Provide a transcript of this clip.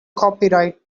copyright